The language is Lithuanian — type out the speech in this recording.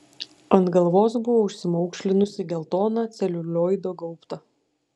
ant galvos buvo užsimaukšlinusi geltoną celiulioido gaubtą